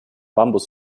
bambus